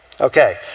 Okay